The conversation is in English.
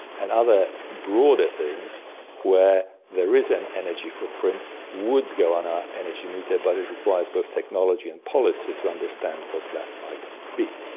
and other broader things where there is an energy footprint would go on our energy meter, but it requires both technology and policy to understand what that might be.